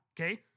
okay